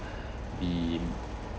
be